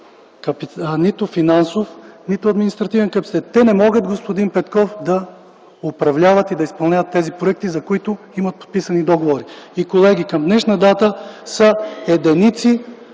нищо финансов, нито административен капацитет. Те не могат, господин Петков, да управляват и изпълняват тези проекти, за които има подписани договори. Колеги, към днешна дата единици